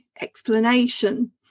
explanation